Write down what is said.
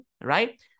right